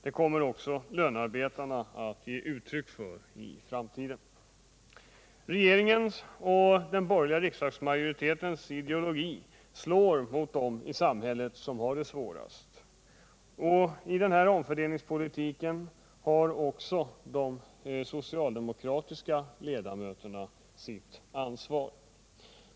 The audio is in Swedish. Det kommer också löntagarna att ge uttryck för i framtiden. Regeringens och den borgerliga riksdagsmajoritetens ideologi slår mot dem i samhället som har det svårast. I denna omfördelningspolitik har även de socialdemokratiska ledamöterna sitt ansvar.